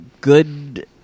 good